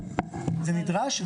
זה נדרש.